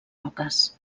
roques